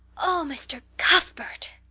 oh, mr. cuthbert!